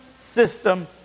system